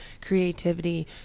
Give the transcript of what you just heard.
creativity